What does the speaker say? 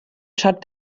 shut